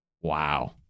wow